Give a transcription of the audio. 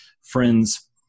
friends